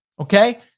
Okay